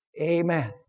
Amen